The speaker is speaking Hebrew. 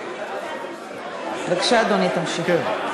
בבקשה, אדוני, תמשיך.